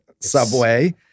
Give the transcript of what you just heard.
subway